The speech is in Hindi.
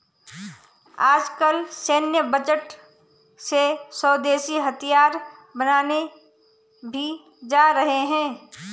आजकल सैन्य बजट से स्वदेशी हथियार बनाये भी जा रहे हैं